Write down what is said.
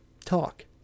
talk